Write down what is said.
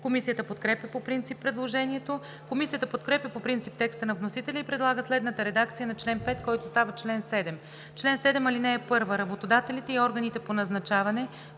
Комисията подкрепя по принцип предложението. Комисията подкрепя по принцип текста на вносителя и предлага следната редакция на чл. 5, който става чл. 7: „Чл. 7. (1) Работодателите и органите по назначаване